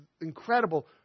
incredible